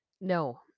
No